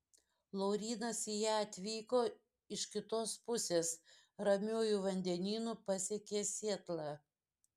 laurynas į ją atvyko iš kitos pusės ramiuoju vandenynu pasiekė sietlą